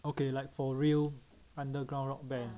okay like for real underground rock band